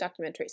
documentaries